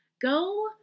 go